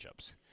matchups